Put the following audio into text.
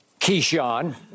Keyshawn